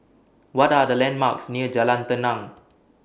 What Are The landmarks near Jalan Tenang